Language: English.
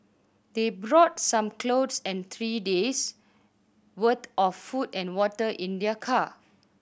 they brought some clothes and three days' worth of food and water in their car